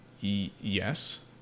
yes